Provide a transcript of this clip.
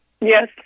Yes